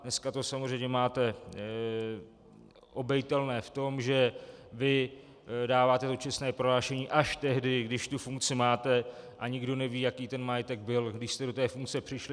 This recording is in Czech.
Dneska to samozřejmě máte obejitelné v tom, že vy dáváte čestné prohlášení až tehdy, když tu funkci máte, a nikdo neví, jaký ten majetek byl, když jste do funkce přišli.